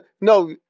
No